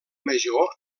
major